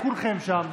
לכולכם שם,